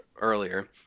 earlier